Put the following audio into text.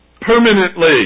permanently